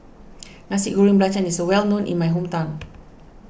Nasi Goreng Belacan is well known in my hometown